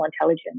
intelligence